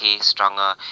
stronger